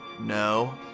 No